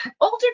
older